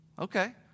okay